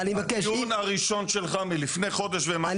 זה שאין תאונות, האוצר עובד לפי קריטריונים.